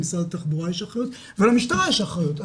למשרד התחבורה יש אחריות ולמשטרה יש אחריות,